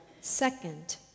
second